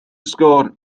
sgôr